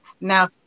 now